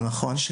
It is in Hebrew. לא נכון.